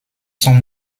son